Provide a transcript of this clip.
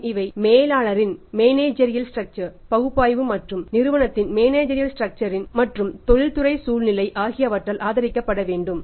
மற்றும் இவை மேலாளரின் மேனேஜீஅரீஅல் ஸ்ட்ரக்சர் ன் மற்றும் தொழில்துறை சூழ்நிலை ஆகியவற்றால் ஆதரிக்கப்பட வேண்டும்